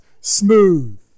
smooth